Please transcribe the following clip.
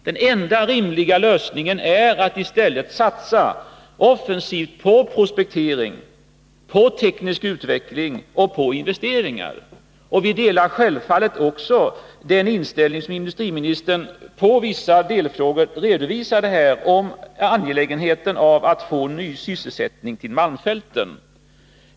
Den enda rimliga lösningen är att i stället satsa offensivt på prospektering, på teknisk utveckling och på investeringar. Vi delar självfallet också den inställning som industriministern i vissa Nr 48 delfrågor redovisat när det gäller angelägenheten av att få ny sysselsättning i Torsdagen den malmfälten.